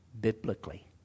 biblically